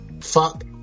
Fuck